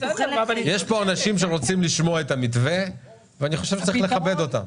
יש פה אנשים שרוצים לשמוע את המתווה ואני חושב שצריך לכבד אותם.